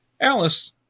Alice